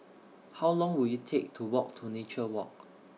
How Long Will IT Take to Walk to Nature Walk